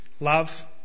Love